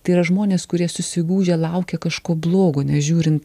tai yra žmonės kurie susigūžę laukia kažko blogo nežiūrin